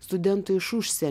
studentų iš užsienio